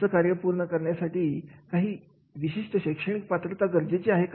असं कार्य पूर्ण करण्यासाठी काही विशिष्ट शैक्षणिक पात्रता गरजेचे आहे का